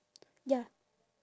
ya